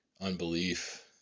unbelief